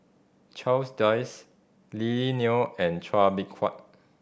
Charles Dyce Lily Neo and Chua Beng Huat